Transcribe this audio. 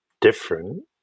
different